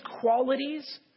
qualities